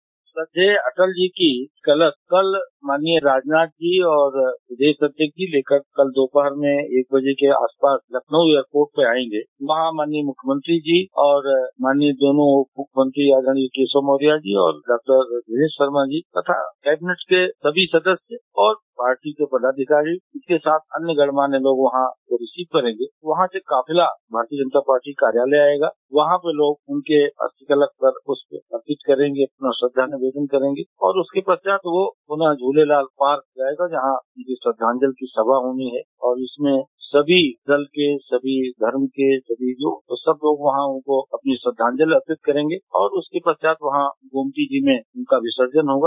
bite श्रद्देय अटल जी के कलश कल माननीय राजनाथ जी और प्रदेश अध्यक्ष जी लेकर कल दोपहर में एक बजे के आस पास लखनऊ एयरपोर्ट पर आयेंगे यहां माननीय मुख्यमंत्री और माननीय दोनों उपमुख्यमंत्री आदर्णीय केशव प्रसाद मौर्य जी और डॉक्टर दिनेश शर्मा जी तथा कैबिनेट के सभी सदस्य और पार्टी के पदाधिकारी इसके साथ अन्य गणमान्य लोग वहां उसको रिसीव करेगे वहां से काफिला भाजपा कार्यालय आयेगा वहां पर लोग उनके अस्थि कलश पर पृष्प अर्पित करेंगे और श्रद्धा से मीटिंग करेंगे और उसके पश्चात वे झूलेलाल पार्क जायेगा जहां उनकी श्रद्धांजलि सभा होनी है और उसमें सभी दल के सभी धर्म के लोग वहां उनको अपनी श्रद्दांजलि अर्पित करेंगे और उसके पश्चात उनका गोमती नदी में विसर्जन होगा